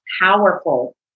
powerful